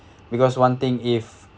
because one thing if